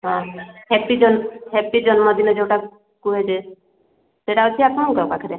ହଁ happy happy ଜନ୍ମଦିନ ଯେଉଁଟା କୁହାଯାଏ ସେଟା ଅଛି ଆପଣଙ୍କ ପାଖରେ